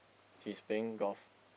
he's playing golf